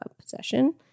possession